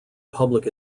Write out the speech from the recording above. public